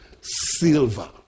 Silver